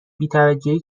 بیتوجهی